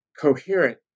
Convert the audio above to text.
coherent